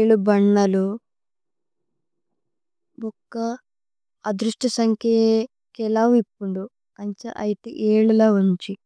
ഏലു ബന്ന ലു। ഭുക്ക അധ്രുഥി സന്ക്കേ കേ ലൌ ഇപുദു। ഐത്തു ഏലു ലൌ വന്ദേ ഘി।